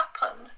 happen